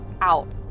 out